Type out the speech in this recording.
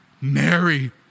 Mary